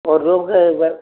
ஒரு ரூமுக்கு இவ்வளோ